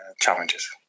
challenges